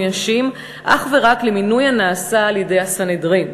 נשים אך ורק למינוי הנעשה על-ידי הסנהדרין.